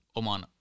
oman